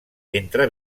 entre